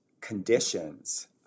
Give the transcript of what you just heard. conditions